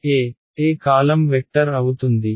a column vector అవుతుంది